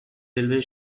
railway